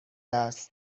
است